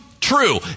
true